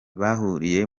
bahuriye